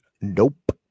Nope